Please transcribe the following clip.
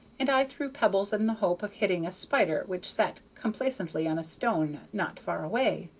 and i threw pebbles in the hope of hitting a spider which sat complacently on a stone not far away,